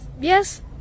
Yes